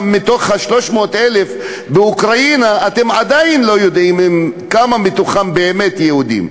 גם מתוך ה-300,000 באוקראינה אתם עדיין לא יודעים כמה באמת יהודים.